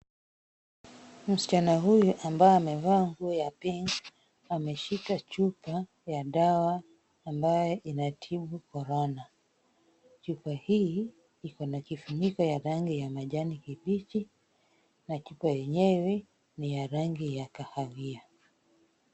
Msichana huyu ambaye amevaa nguo ya pink ameshika chupa ya dawa ambayo inatibu corona. Chupa hii iko na kifuniko ya rangi ya majani kibichi na chupa yenyewe ni ya rangi ya kahawia.